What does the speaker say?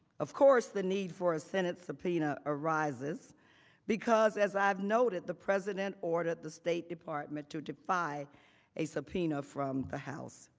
of course, the need for us and that subpoena arises because as i have noted, the prison ordered the state department to defy a subpoena from the house.